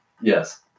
Yes